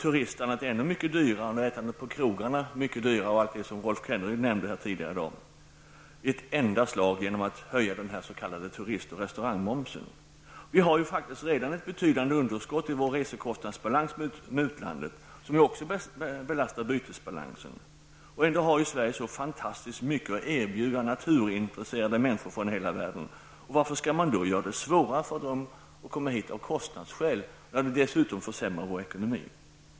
Vid årsskiftet gjorde man turistandet och ätandet på krogarna, och allt det som Rolf Kenneryd nämnde tidigare, mycket dyrare i ett enda slag genom att höja den s.k. turist och restaurangmomsen. Vi har redan ett betydande underskott i vår resekostnadsbalans gentemot utlandet, som också belastar bytesbalansen. Ändå har Sverige fantastiskt mycket att erbjuda naturintresserade människor från hela världen. Varför skall man då göra det svårare för dem att ta sig hit av kostnadsskäl när det dessutom försämrar vår ekonomi?